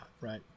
right